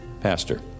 pastor